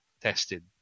tested